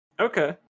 Okay